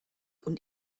und